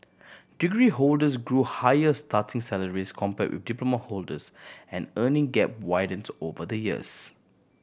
degree holders grow higher starting salaries compare with diploma holders and earning gap widens over the years